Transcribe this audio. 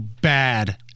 bad